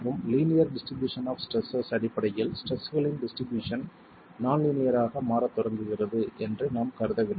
மற்றும் linear distribution of stresses அடிப்படையில் ஸ்ட்ரெஸ்களின் டிஸ்ட்ரிபியூஷன் நான் லீனியர் ஆக மாறத் தொடங்குகிறது என்று நாம் கருதவில்லை